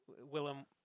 willem